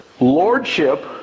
Lordship